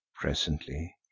presently